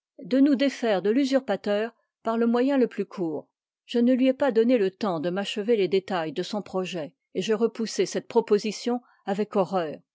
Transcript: de nous défaire de l'usurpateur par le moyen le plus court je ne lui ai pas donné le temps de m'achever les détails de son projet et j'ai repoussé cette proposition avec horreur